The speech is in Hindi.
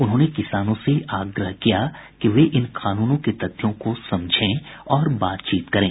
उन्होंने किसानों से आग्रह किया कि वे इन कानूनों के तथ्यों को समझें और बातचीत करें